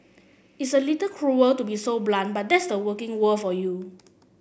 it's a little cruel to be so blunt but that's the working world for you